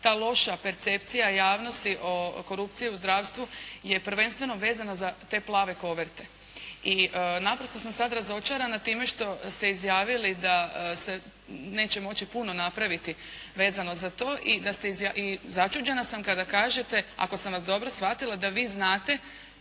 ta loša percepcija javnosti o korupciji u zdravstvu je prvenstveno vezana za te plave koverte i naprosto sam sada razočarana time što ste izjavili da se neće moći puno napraviti vezano za to i da začuđena sam kada kažete, ako sam vas dobro shvatila da vi znate